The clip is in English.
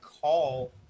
call